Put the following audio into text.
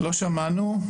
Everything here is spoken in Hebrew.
לא שמענו?